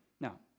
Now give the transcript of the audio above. Now